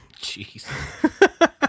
Jeez